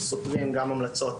שסותרים גם המלצות